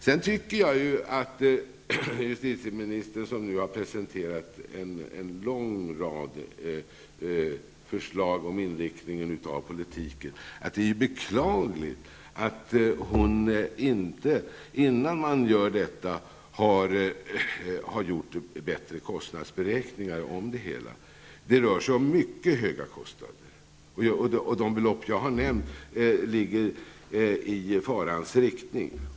Sedan tycker jag att det är beklagligt att justitieministern, som nu presenterar en lång rad förslag om inriktningen av politiken, inte gjort innan man gör detta bättre kostnadsberäkningar av det hela. Det rör sig om mycket höga kostnader. De belopp som jag har nämnt ligger i farans riktning.